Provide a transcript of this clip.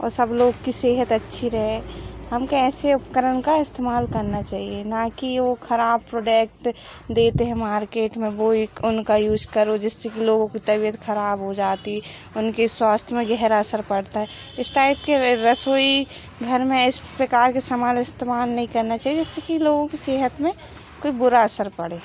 और सब लोग की सेहत अच्छी रहे हम क्या ऐसे उपकरण का इस्तेमाल करना चाहिए ना कि वह ख़राब प्रोडक्ट देते हैं मार्केट में वह एक उनका यूज़ करो जिससे कि लोगों की तबीयत ख़राब हो जाती उनके स्वास्थ्य में गहरा असर पड़ता है इस टाइप की रसोई घर में इस प्रकार के समान इस्तेमाल नहीं करना चाहिए जिससे की लोगों की सेहत में कोई बुरा असर पड़े